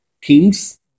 kings